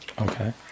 Okay